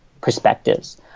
perspectives